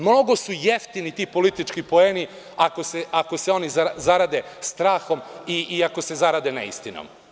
Mnogo su jeftini politički poeni ako se oni zarade strahom i ako se zarade neistinom.